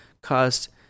caused